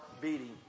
beating